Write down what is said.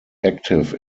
active